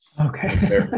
Okay